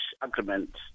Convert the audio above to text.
agreement